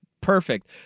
perfect